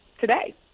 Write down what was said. today